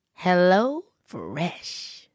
HelloFresh